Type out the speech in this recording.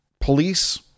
police